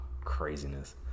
craziness